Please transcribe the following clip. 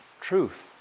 truth